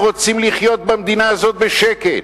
הם רוצים לחיות במדינה הזאת בשקט.